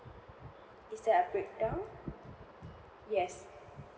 is there a breakdown yes